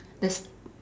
the